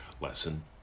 lesson